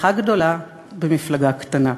הצלחה גדולה במפלגה קטנה".